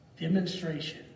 demonstration